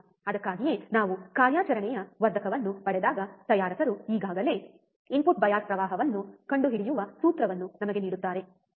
ಅದಕ್ಕಾಗಿಯೇ ನಾವು ಕಾರ್ಯಾಚರಣೆಯ ವರ್ಧಕವನ್ನು ಪಡೆದಾಗ ತಯಾರಕರು ಈಗಾಗಲೇ ಇನ್ಪುಟ್ ಬಯಾಸ್ ಪ್ರವಾಹವನ್ನು ಕಂಡುಹಿಡಿಯುವ ಸೂತ್ರವನ್ನು ನಮಗೆ ನೀಡುತ್ತಾರೆ ಹೇಗೆ